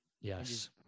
Yes